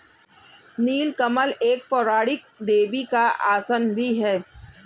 नील कमल एक पौराणिक देवी का आसन भी है